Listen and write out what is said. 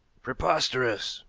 preposterous!